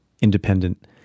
independent